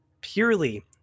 purely